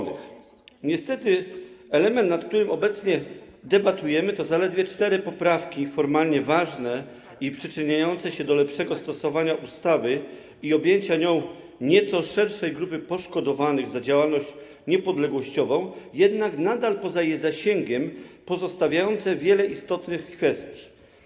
Niestety element, nad którym obecnie debatujemy, to zaledwie cztery poprawki formalnie ważne i przyczyniające się do lepszego stosowania ustawy i objęcia nią nieco szerszej grupy poszkodowanych za działalność niepodległościową, jednak nadal poza jej zasięgiem pozostawiające wiele istotnych kwestii.